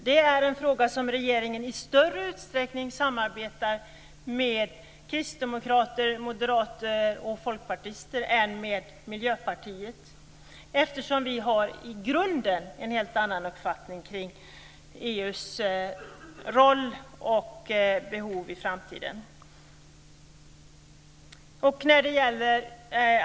Det är en fråga där regeringen i större utsträckning samarbetar med kristdemokrater, moderater och folkpartister än med Miljöpartiet eftersom vi i grunden har en helt annan uppfattning kring EU:s roll och behov i framtiden.